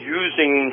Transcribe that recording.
using